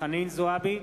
חנין זועבי,